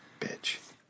Bitch